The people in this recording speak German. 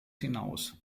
hinaus